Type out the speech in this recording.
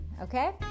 okay